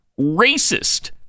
racist